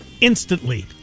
instantly